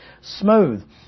smooth